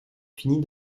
finis